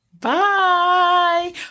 Bye